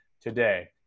today